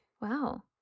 Wow